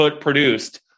produced